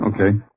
Okay